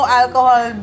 alcohol